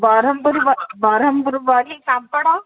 Berhampur Berhampur badi ପାମ୍ପଡ଼